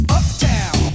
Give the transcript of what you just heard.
Uptown